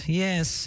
yes